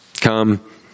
come